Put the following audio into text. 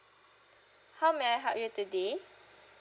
how may I help you today